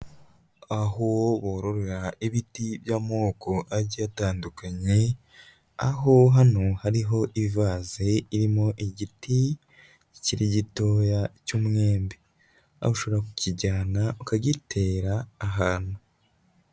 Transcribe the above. Aho bororera ibiti by'amoko agiye atandukanye, aho hano hariho ivase irimo igiti kikiri gitoya cy'umwembe, aho ushobora kukijyana ukagitera ahantu.